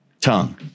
tongue